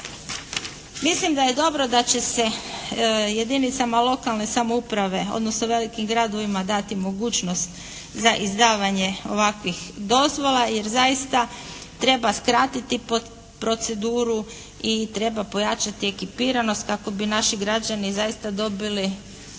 Mislim da je dobro da će se jedinicama lokalne samouprave, odnosno velikim gradovima dati mogućnost za izdavanje ovakvih dozvola, jer zaista treba skratiti proceduru i treba pojačati ekipiranost kako bi naši građani zaista dobili u